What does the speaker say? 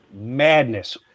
madness